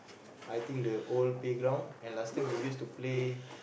I think the old playground and last time we used to play